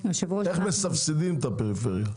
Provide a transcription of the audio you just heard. איך מסבסדים את הפריפריה.